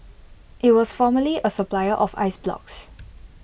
IT was formerly A supplier of ice blocks